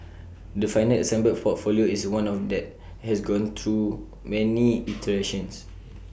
the final assembled portfolio is one that has gone through many iterations